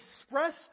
express